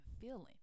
feeling